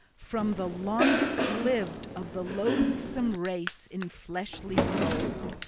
from the longest-lived of the loathsome race in fleshly fold!